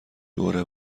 دور